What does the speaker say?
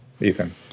Ethan